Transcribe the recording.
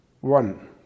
one